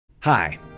Hi